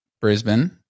Brisbane